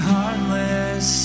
Heartless